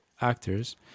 actors